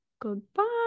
Goodbye